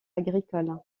agricole